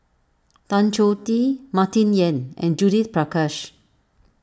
Tan Choh Tee Martin Yan and Judith Prakash